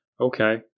Okay